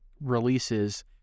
releases